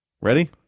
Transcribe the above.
Ready